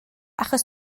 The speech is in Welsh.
achos